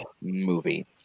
movie